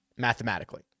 Mathematically